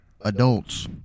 adults